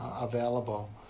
available